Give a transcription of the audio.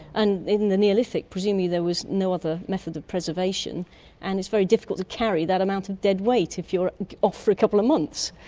and in the neolithic presumably there was no other method of preservation and it's very difficult to carry that amount of dead weight if you're off for a couple of months.